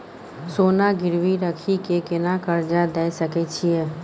सोना गिरवी रखि के केना कर्जा दै छियै?